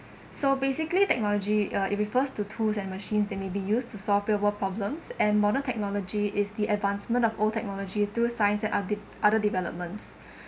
so basically technology uh it refers to tools and machines that may be used to solve real world problems and modern technology is the advancement of old technology through science and othe~ other developments